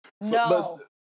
No